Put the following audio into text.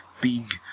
big